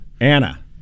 Anna